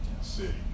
city